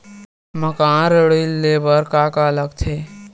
मकान ऋण ले बर का का लगथे?